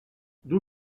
d’où